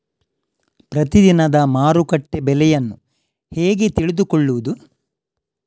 ಪ್ರತಿದಿನದ ಮಾರುಕಟ್ಟೆ ಬೆಲೆಯನ್ನು ಹೇಗೆ ತಿಳಿದುಕೊಳ್ಳುವುದು?